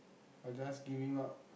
or just give him up